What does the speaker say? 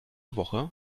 woche